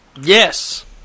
Yes